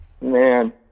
Man